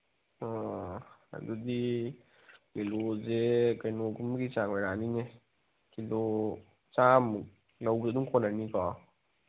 ꯑꯥ ꯑꯗꯨꯗꯤ ꯀꯤꯂꯣꯁꯦ ꯀꯩꯅꯣꯒꯨꯝꯒꯤ ꯆꯥꯡ ꯂꯥꯛꯑꯅꯤꯅꯦ ꯀꯤꯂꯣ ꯆꯥꯝꯃꯨꯛ ꯂꯧꯕꯗ ꯑꯗꯨꯝ ꯀꯣꯟꯅꯅꯤꯀꯣ